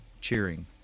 cheering